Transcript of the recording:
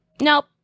nope